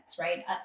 right